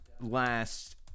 last